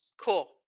cool